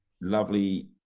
lovely